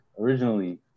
originally